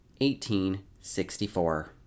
1864